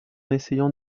essayant